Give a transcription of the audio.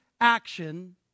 action